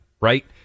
Right